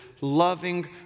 loving